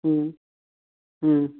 ம் ம்